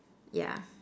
yeah